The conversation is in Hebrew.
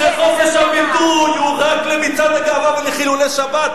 שחופש הביטוי הוא רק למצעד הגאווה ולחילולי שבת,